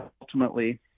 ultimately